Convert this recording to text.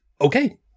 Okay